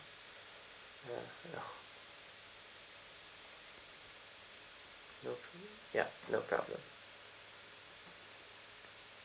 ya no no problem yup no problem